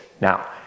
now